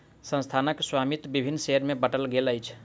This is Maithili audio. संस्थानक स्वामित्व विभिन्न शेयर में बाटल गेल अछि